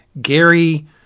Gary